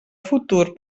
futur